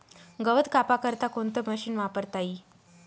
गवत कापा करता कोणतं मशीन वापरता ई?